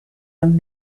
amb